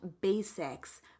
Basics